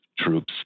troops